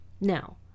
Now